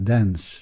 Dance